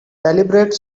deliberate